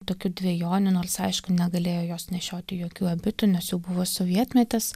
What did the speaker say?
tokių dvejonių nors aišku negalėjo jos nešioti jokių abitų nes jau buvo sovietmetis